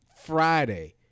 Friday